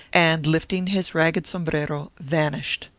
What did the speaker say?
and lifting his ragged sombrero, vanished.